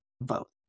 vote